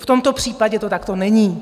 V tomto případě to takto není.